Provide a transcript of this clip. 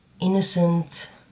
innocent